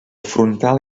frontal